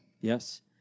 Yes